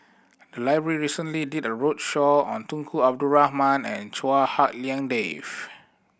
the library recently did a roadshow on Tunku Abdul Rahman and Chua Hak Lien Dave